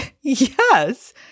Yes